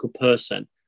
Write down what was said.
person